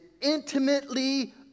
intimately